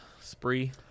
spree